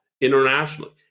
internationally